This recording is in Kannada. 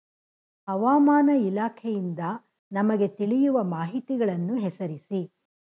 ಹವಾಮಾನ ಇಲಾಖೆಯಿಂದ ನಮಗೆ ತಿಳಿಯುವ ಮಾಹಿತಿಗಳನ್ನು ಹೆಸರಿಸಿ?